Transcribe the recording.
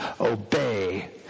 Obey